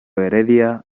heredia